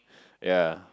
yea